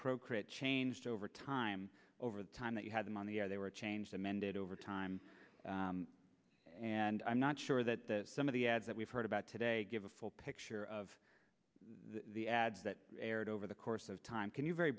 procrit changed over time over the time that you had them on the air they were changed amended over time and i'm not sure that some of the ads that we've heard about today give a full picture of the ads that aired over the course of time can you very